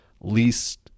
least